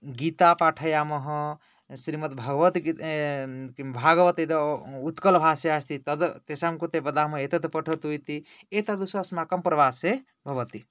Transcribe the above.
गीता पाठयामः श्रीमद्भगवद्गीता किं भागवद् उत्कलभाषायाम् अस्ति तद् तेषां कृते वदामः एतद् पठतु इति एतादृशः अस्माकं प्रवासे भवति